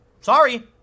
Sorry